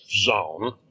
zone